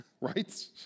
right